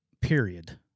period